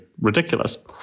ridiculous